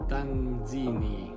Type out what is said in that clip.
Tanzini